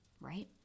right